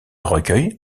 recueil